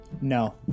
No